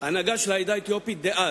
של העדה האתיופית דאז.